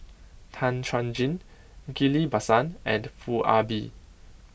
Tan Chuan Jin Ghillie Basan and Foo Ah Bee